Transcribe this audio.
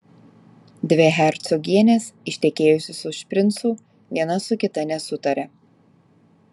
dvi hercogienės ištekėjusios už princų viena su kita nesutaria